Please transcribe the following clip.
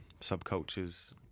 subcultures